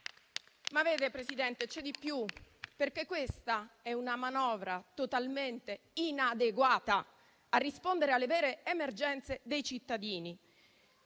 Signor Presidente, c'è di più. Questa è una manovra totalmente inadeguata a rispondere alle vere emergenze dei cittadini,